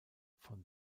von